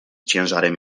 ciężarem